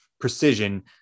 precision